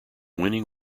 winning